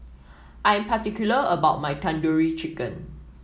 I am particular about my Tandoori Chicken